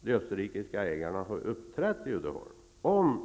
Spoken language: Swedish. de österrikiska ägarna har uppträtt i Uddeholm.